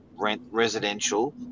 residential